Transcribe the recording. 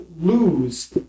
lose